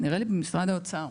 נראה לי במשרד האוצר.